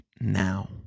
now